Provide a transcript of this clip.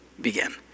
begin